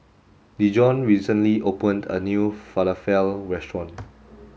Dejon recently opened a new Falafel restaurant